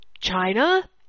China